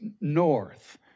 north